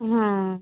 হুম